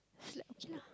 it's like okay lah